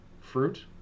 fruit